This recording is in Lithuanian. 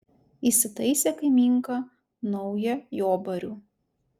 įsitaisė kaimynka naują jobarių